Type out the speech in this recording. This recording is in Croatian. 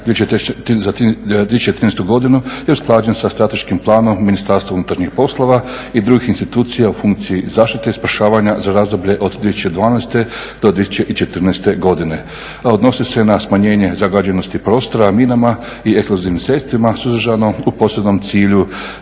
za 2013. godinu je usklađen sa strateškim planom Ministarstva unutarnjih poslova i drugih institucija u funkciji zaštite spašavanja za razdoblje od 2012. do 2014. godine. Odnosi se na smanjenje zagađenosti prostora minama i eksplozivnim sredstvima … u posebnom cilju